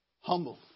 Humble